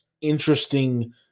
interesting